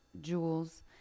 jewels